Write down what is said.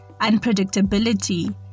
unpredictability